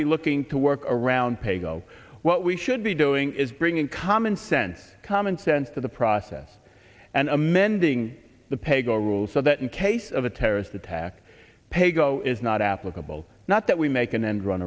be looking to work around pay go what we should be doing is bringing commonsense common sense to the process and amending the peg or rules so that in case of a terrorist attack paygo is not applicable not that we make an end run